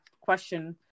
question